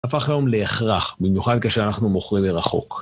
הפך היום להכרח, במיוחד כשאנחנו מוכרים לרחוק.